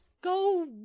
go